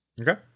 Okay